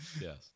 yes